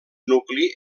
nucli